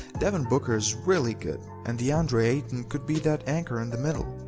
devin booker is really good and deandre ayton could be that anchor in the middle,